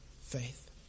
faith